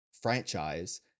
franchise